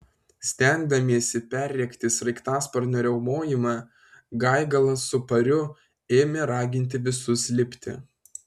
stengdamiesi perrėkti sraigtasparnio riaumojimą gaigalas su pariu ėmė raginti visus lipti